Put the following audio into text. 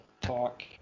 talk